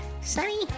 sunny